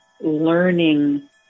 learning